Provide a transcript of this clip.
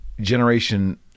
generation